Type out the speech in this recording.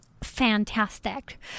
Fantastic